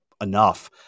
enough